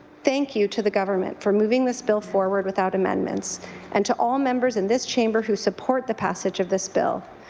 thank you to the government for moving this bill forward without amendments and to all members in this chamber who support the passage of this bill.